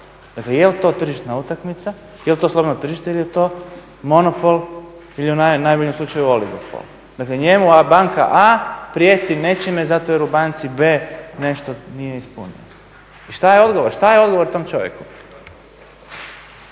Dakle, je li to tržišna utakmica, je li to slobodno tržište ili je to monopol ili u najboljem slučaju oligopol? Dakle njemu banka A prijeti nečime zato jer u banci B nešto nije ispunio. I što je odgovor, što je odgovor tom čovjeku?